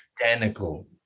identical